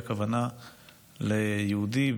הכוונה ליהודי,